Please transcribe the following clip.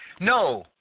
No